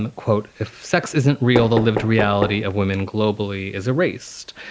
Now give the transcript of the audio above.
ah quote, if sex isn't real, the lived reality of women globally is erased.